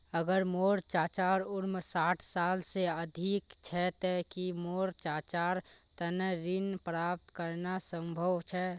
अगर मोर चाचा उम्र साठ साल से अधिक छे ते कि मोर चाचार तने ऋण प्राप्त करना संभव छे?